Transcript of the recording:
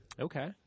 Okay